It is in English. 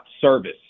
service